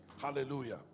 Hallelujah